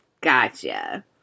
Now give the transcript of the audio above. Gotcha